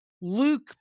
Luke